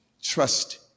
Trust